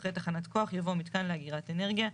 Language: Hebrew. אחרי "תחנת כוח" יבוא "מיתקן לאגירת אנרגיה,